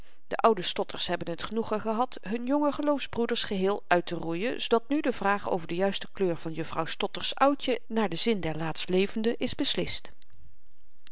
de oude stotters hebben t genoegen gehad hun jonge geloofsbroeders geheel uitteroeien zoodat nu de vraag over de juiste kleur van vrouw stotter's oudje naar den zin der laatstlevenden is beslist